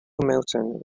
mountain